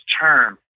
term